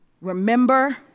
remember